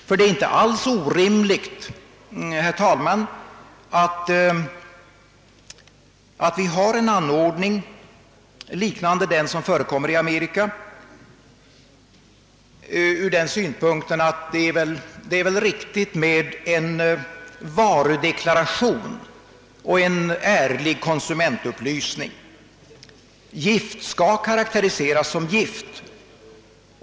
Ty det är inte alls orimligt, herr talman, att vi får en anordning liknande den som förekommer i Amerika. Det är riktigt att ha en varudeklaration och en ärlig konsumentupplysning. Gift skall karakteriseras som gift.